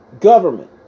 government